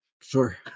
sure